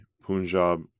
Punjab